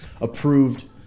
approved